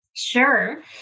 Sure